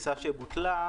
שבוטלה,